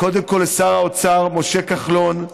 קודם כול לשר האוצר משה כחלון,